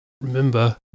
remember